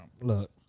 Look